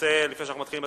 לפני שאנחנו מתחילים,